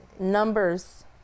numbers